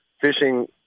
fishing